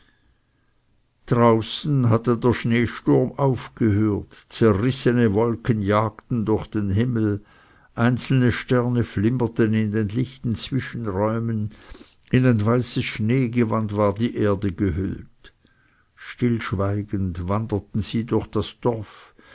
draußen hatte der schneesturm aufgehört zerrissene wolken jagten durch den himmel einzelne sterne flimmerten in den lichten zwischenräumen in ein weißes schneegewand war die erde gehüllt stillschweigend wanderten sie durch das dorf